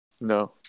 No